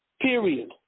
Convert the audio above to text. Period